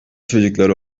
çocukları